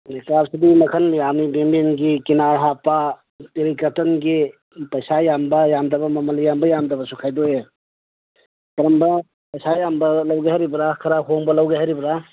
ꯅꯥꯀꯥꯞꯁꯤꯗꯤ ꯃꯈꯟ ꯌꯥꯝꯃꯤ ꯕꯦꯃꯦꯟꯒꯤ ꯀꯤꯅꯥꯔ ꯍꯥꯞꯄ ꯑꯦꯔꯤ ꯀꯇꯟꯒꯤ ꯄꯩꯁꯥ ꯌꯥꯝꯕ ꯌꯥꯝꯗꯕ ꯃꯃꯜ ꯌꯥꯝꯕ ꯌꯥꯝꯗꯕꯁꯨ ꯈꯥꯏꯗꯣꯛꯑꯦ ꯀꯔꯝꯕ ꯄꯩꯁꯥ ꯌꯥꯝꯕ ꯂꯧꯒꯦ ꯍꯥꯏꯔꯤꯕꯔꯥ ꯈꯔ ꯍꯣꯡꯕ ꯂꯩꯒꯦ ꯍꯥꯏꯔꯤꯕꯔꯥ